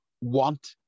want